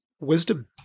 wisdom